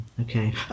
okay